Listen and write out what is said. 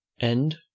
End